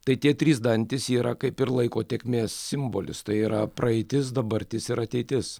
tai tie trys dantys yra kaip ir laiko tėkmės simbolis tai yra praeitis dabartis ir ateitis